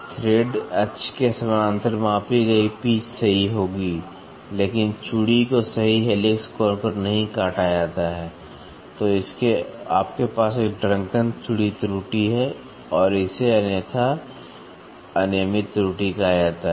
thread अक्ष के समानांतर मापी गई पिच सही होगी लेकिन चूड़ी को सही हेलिक्स कोण पर नहीं काटा जाता है तो आपके पास एक ड्रंकन चूड़ी त्रुटि है या इसे अन्यथा अनियमित त्रुटि कहा जाता है